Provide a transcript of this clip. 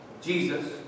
Jesus